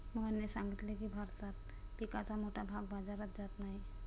मोहनने सांगितले की, भारतात पिकाचा मोठा भाग बाजारात जात नाही